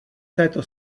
této